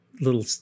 little